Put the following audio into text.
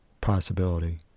Possibility